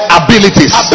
abilities